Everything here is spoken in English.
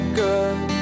good